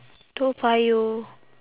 toa payoh